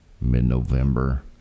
mid-november